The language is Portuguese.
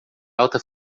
alta